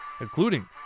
including